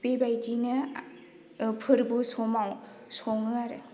बेबायदिनो फोरबो समाव सङो आरो